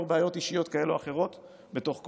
בעיות אישיות כאלה או אחרות בתוך קואליציה,